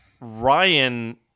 Ryan